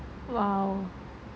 !wow!